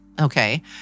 okay